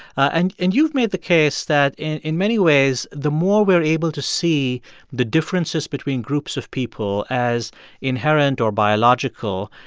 and and you've made the case that, in in many ways, the more we are able to see the differences between groups of people as inherent or biological,